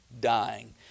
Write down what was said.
dying